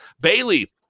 bailey